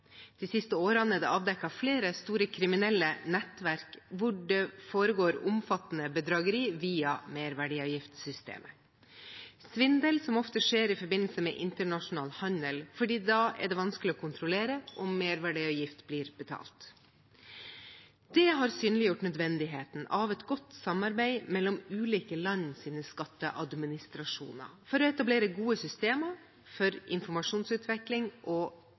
De siste årene er det avdekket flere store kriminelle nettverk hvor det foregår omfattende bedrageri via merverdiavgiftssystemet – svindel som ofte skjer i forbindelse med internasjonal handel, for da er det vanskelig å kontrollere om merverdiavgift blir betalt. Det har synliggjort nødvendigheten av et godt samarbeid mellom ulike lands skatteadministrasjoner for å etablere gode systemer for informasjonsutveksling og